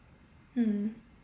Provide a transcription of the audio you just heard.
mm